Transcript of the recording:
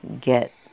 get